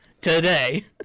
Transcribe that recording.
Today